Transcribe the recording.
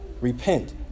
repent